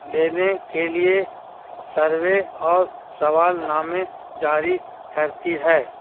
لینے کے لیے سروے اور سوال نامے جاری کرتی ہے